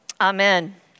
amen